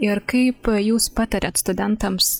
ir kaip jūs patariat studentams